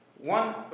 One